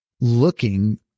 looking